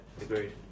Agreed